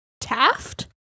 taft